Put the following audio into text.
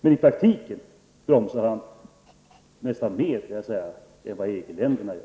I praktiken bromsar han nästan mer än vad EG länderna gör.